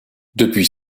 depuis